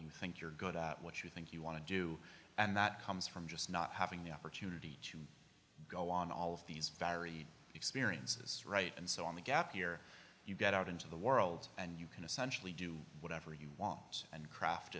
you think you're good at what you think you want to do and that comes from just not having the opportunity to go on all of these varied experiences right and so on the gap year you get out into the world and you can essentially do whatever you want and craft